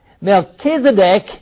Melchizedek